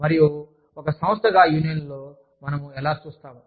మనము ఒక సంస్థగా యూనియన్లను ఎలా చూస్తాము